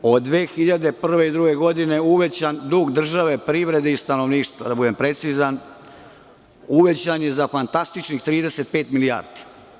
Dug države, od 2001. i 2002. godine, uvećan dug države privrede i stanovništva, da budem precizan, uvećan je za fantastičnih 35 milijardi.